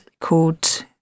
called